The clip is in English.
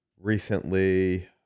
recently